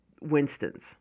Winston's